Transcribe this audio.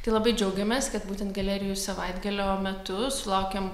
tai labai džiaugiamės kad būtent galerijų savaitgalio metu sulaukiam